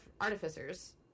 artificers